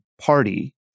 Party